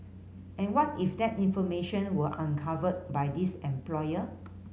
and what if that information were uncovered by this employer